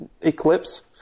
Eclipse